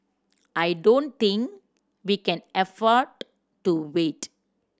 I don't think we can afford to wait